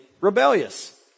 rebellious